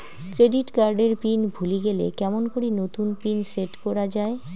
Credit card এর pin ভুলে গেলে কেমন করি নতুন পিন সেট করা য়ায়?